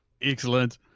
excellent